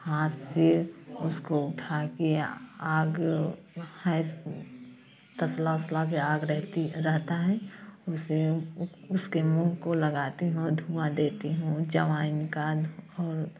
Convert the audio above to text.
हाथ से उसको उठा किया आग है तसला उसला में आग रहती रहता है उसे उसके मुंह को लगाती हूँ धुंआ देती हूँ अजवाइन का